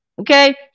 Okay